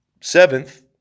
Seventh